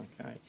okay